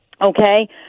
Okay